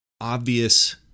obvious